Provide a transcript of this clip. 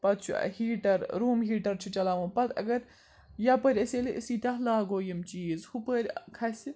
پَتہٕ چھُ ٲں ہیٖٹَر روٗم ہیٖٹَر چھُ چَلاوُن پَتہٕ اگر یَپٲرۍ أسۍ ییٚلہِ أسۍ ییٖتیاہ لاگو یِم چیٖز ہُپٲرۍ ٲں کھَسہِ